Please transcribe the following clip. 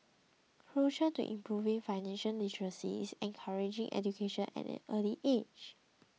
crucial to improving financial literacy is encouraging education at an early age